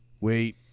wait